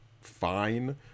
fine